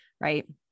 Right